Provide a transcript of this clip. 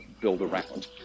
build-around